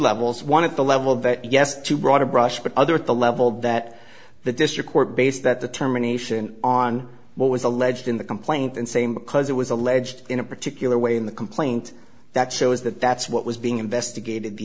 levels one at the level that yes too broad a brush but other at the level that the district court base that the terminations on what was alleged in the complaint and same because it was alleged in a particular way in the complaint that shows that that's what was being investigated the